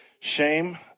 shame